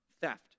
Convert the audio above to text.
theft